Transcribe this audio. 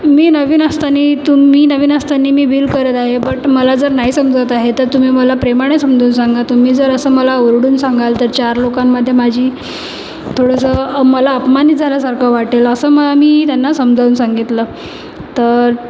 मी नवीन असताना तु मी नवीन असताना मी बिल करत आहे बट मला जर नाही समजत आहे तर तुम्ही मला प्रेमाने समजून सांगा तुम्ही जर असं मला ओरडून सांगाल तर चार लोकांमध्ये माझी थोडंसं मला अपमानित झाल्यासारखं वाटेल असं मा मी त्यांना समजावून सांगितलं तर